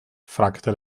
fragte